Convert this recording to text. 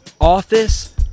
office